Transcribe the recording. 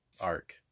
arc